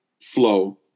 flow